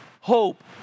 Hope